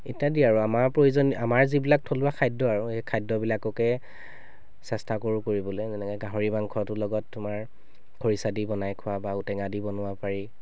ইত্যাদি আৰু আমাৰ প্ৰয়োজন আমাৰ যিবিলাক থলুৱা খাদ্য আৰু সেই খাদ্যবিলাককে চেষ্টা কৰোঁ কৰিবলৈ যেনেকৈ গাহৰি মাংসটো লগত তোমাৰ খৰিচা দি বনাই খোৱা বা ঔ টেঙা দি বনাব পাৰি